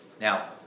now